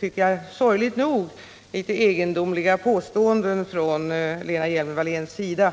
tycker jag, sorgligt nog litet egendomliga påståenden från Lena Hjelm-Walléns sida.